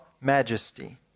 majesty